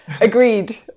Agreed